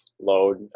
load